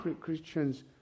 Christians